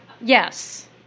Yes